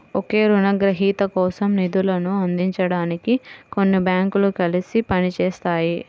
ఒకే రుణగ్రహీత కోసం నిధులను అందించడానికి కొన్ని బ్యాంకులు కలిసి పని చేస్తాయి